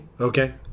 Okay